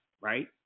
right